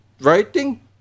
writing